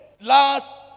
last